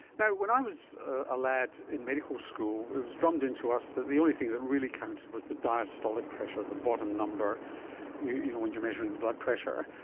now, when i was a lad in medical school, it was drummed into us that the only thing that really counted was the diastolic pressure, the bottom number you know when you're measuring the blood pressure.